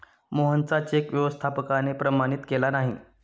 मोहनचा चेक व्यवस्थापकाने प्रमाणित केला नाही